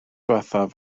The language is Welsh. ddiwethaf